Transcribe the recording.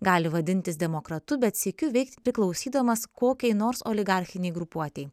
gali vadintis demokratu bet sykiu veikti priklausydamas kokiai nors oligarchinei grupuotei